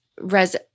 res